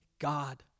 God